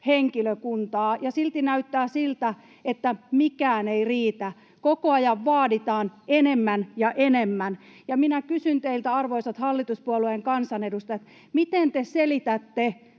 henkilökuntaa. Ja silti näyttää siltä, että mikään ei riitä — koko ajan vaaditaan enemmän ja enemmän. Minä kysyn teiltä, arvoisat hallituspuolueen kansanedustajat, miten te selitätte